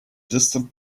distant